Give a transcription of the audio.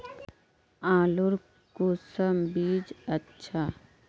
आलूर कुंसम बीज अच्छा?